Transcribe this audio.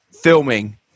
filming